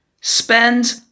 spend